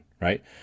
right